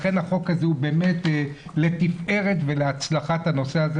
לכן החוק הזה הוא באמת לתפארת ולהצלחת הנושא הזה